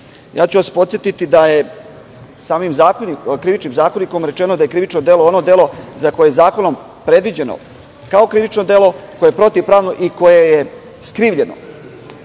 vas da je samim Krivičnim zakonikom rečeno da je krivično delo ono delo za koje je zakonom predviđeno krivično delo koje je protivpravno i koje je skrivljeno.